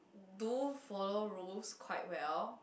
do follow rules quite well